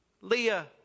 Leah